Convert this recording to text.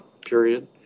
period